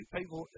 people